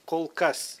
kol kas